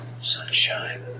sunshine